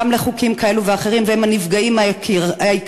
גם לחוקים כאלה ואחרים והם הנפגעים העיקריים.